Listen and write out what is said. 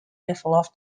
developed